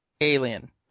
alien